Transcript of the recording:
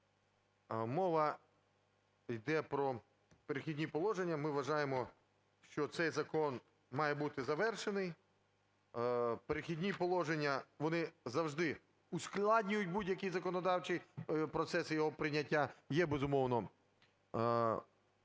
Мова йде про "Перехідні положення". Ми вважаємо, що цей закон має бути завершений. "Перехідні положення", вони завжди ускладнюють будь-які законодавчі процеси його прийняття. Є, безумовно,